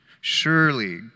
Surely